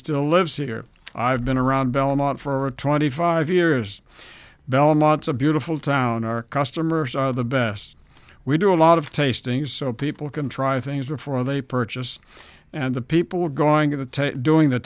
still lives here i've been around belmont for twenty five years belmont's a beautiful town our customers are the best we do a lot of tasting so people can try things before they purchase and the people who are going to doing the